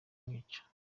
kumwica